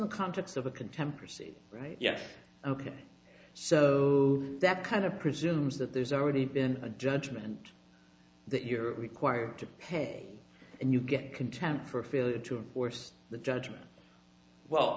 the context of a contemporary city right yes ok so that kind of presumes that there's already been a judgment that you're required to pay and you get contempt for a failure to enforce the judgment well